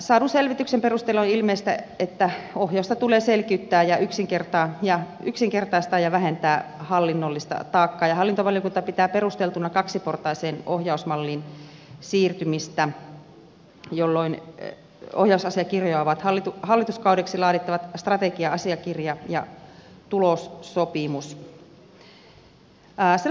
saadun selvityksen perusteella oli ilmeistä että ohjausta tulee selkiyttää ja yksinkertaistaa ja vähentää hallinnollista taakkaa ja hallintovaliokunta pitää perusteltuna kaksiportaiseen ohjausmalliin siirtymistä jolloin ohjausasiakirjoja ovat hallituskaudeksi laadittava strategia asiakirja ja tulossopimus